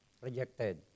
rejected